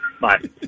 Bye